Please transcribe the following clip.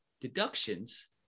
deductions